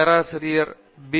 பேராசிரியர் பி